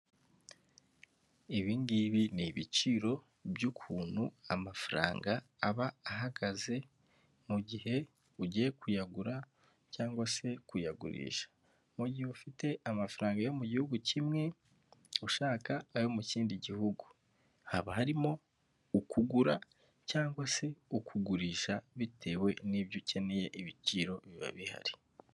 Ibingibi ni ibiciro by'ukuntu amafaranga aba ahagaze mu gihe ugiye kuyagura cyangwa se kuyagurisha, mu gihe ufite amafaranga yo mu gihugu kimwe ushaka ayo mu kindi gihugu, haba harimo ukugura cyangwa se ukugurisha bitewe n'ibyo ukeneye ibiciro biba bihari.